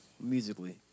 musically